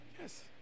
Yes